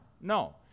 No